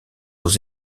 aux